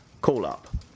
call-up